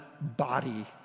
body